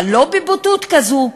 אבל לא בבוטות כזאת,